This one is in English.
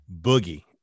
boogie